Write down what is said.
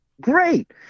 Great